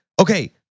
okay